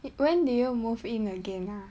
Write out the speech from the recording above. when did you move in again ah